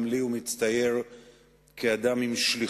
גם לי הוא מצטייר כאדם עם שליחות